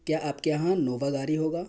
کیا آپ کے یہاں انووا گاڑی ہوگا